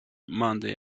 monday